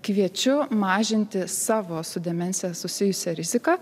kviečiu mažinti savo su demencija susijusią riziką